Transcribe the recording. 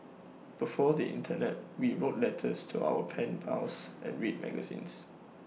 before the Internet we wrote letters to our pen pals and read magazines